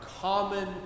common